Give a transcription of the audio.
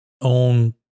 on